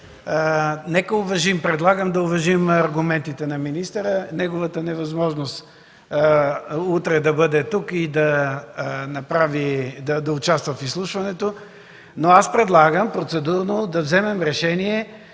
поискахме. Предлагам да уважим аргументите на министъра – неговата невъзможност утре да бъде тук и да участва в изслушването. Предлагам процедурно да вземем решение